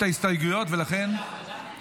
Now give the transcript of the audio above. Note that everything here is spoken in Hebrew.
ההסתייגויות, אפשר לעבור להצבעה.